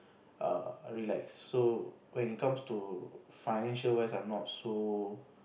err relax so when it comes to financial wise I'm not so